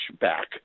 back